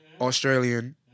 Australian